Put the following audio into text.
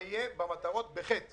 זה יהיה במטרות ב-(ח).